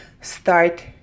start